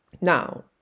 Now